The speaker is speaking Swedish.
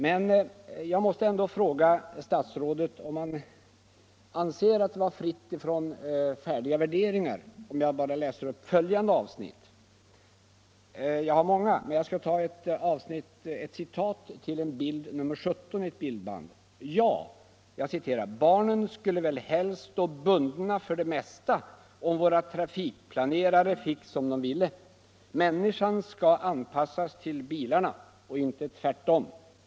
Men jag måste fråga statsrådet om han anser materialet fritt från färdiga värderingar. Jag skall citera det som sägs till bild 17 i ett bildband: ”Ja, barnen skulle väl helst stå bundna för det mesta om våra trafikplanerare fick som de ville. Människan skall anpassas till bilarna och inte tvärtom.